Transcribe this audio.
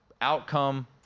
outcome